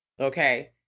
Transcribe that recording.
Okay